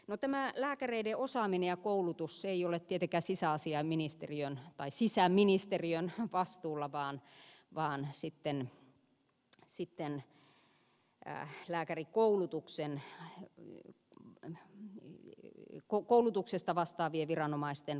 no tämä lääkäreiden osaaminen ja koulutus ei ole tietenkään sisäministeriön vastuulla vaan sitten lääkärikoulutuksesta vastaavien viranomaisten vastuulla